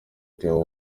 theo